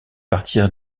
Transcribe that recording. partir